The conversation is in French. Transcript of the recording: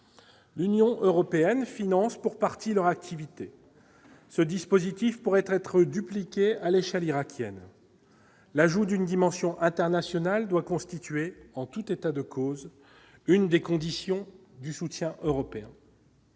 L'Union européenne finance pour partie leur activité, ce dispositif pourrait être dupliqué à l'échelle irakienne, l'ajout d'une dimension internationale doit constituer, en tout état de cause, une des conditions du soutien européen.